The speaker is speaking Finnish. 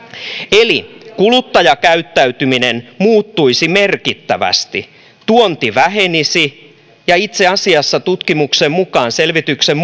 eli kuluttajakäyttäytyminen muuttuisi merkittävästi tuonti vähenisi ja itse asiassa tutkimuksen mukaan selvityksen